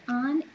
on